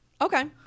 Okay